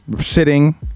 sitting